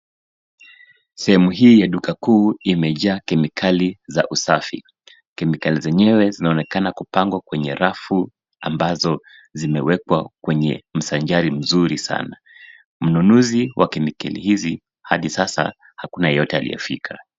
Sehemu hii ya dukakuu imejaa kemikali za usafi. Kemikali zenyewe zinaonekana kupangwa kwenye rafu ambazo zimewekwa kwenye msanjari mzuri sana. Mnunuzi wa kemikali hizi hadi sasa hakuna yeyote aliyefika.